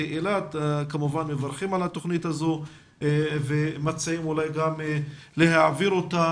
אילת וכמובן מברכת על התוכנית הזאת ומציעה אולי להעביר אותה